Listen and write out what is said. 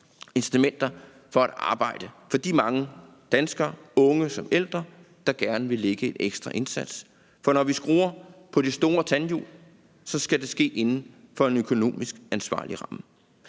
incitamenter for at arbejde for de mange danskere, unge som ældre, der gerne vil lægge en ekstra indsats. For når vi skruer på de store tandhjul, skal det ske inden for en økonomisk ansvarlig ramme.